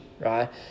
right